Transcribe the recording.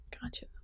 Gotcha